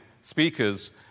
speakers